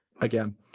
Again